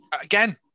Again